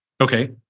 Okay